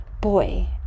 Boy